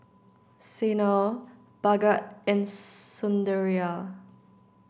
Sanal Bhagat and Sundaraiah